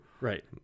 Right